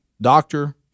doctor